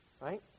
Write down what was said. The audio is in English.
right